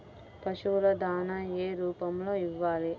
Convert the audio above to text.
పశువుల దాణా ఏ రూపంలో ఇవ్వాలి?